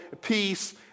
peace